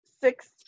six